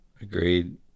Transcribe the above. Agreed